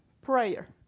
prayer